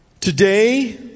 Today